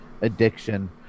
addiction